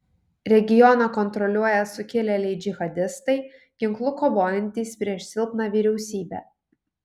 regioną kontroliuoja sukilėliai džihadistai ginklu kovojantys prieš silpną vyriausybę